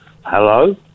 hello